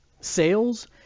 sales